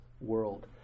world